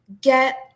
get